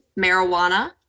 marijuana